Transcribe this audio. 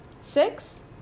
Six